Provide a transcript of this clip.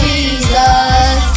Jesus